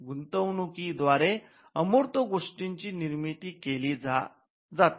गुंतवणुकी द्वारे अमूर्त गोष्टीची निर्मिती केली जाते